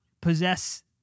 possess